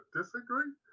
disagree